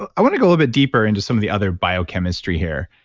i want to go a bit deeper into some of the other biochemistry here.